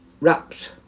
wraps